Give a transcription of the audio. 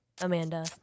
Amanda